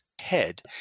head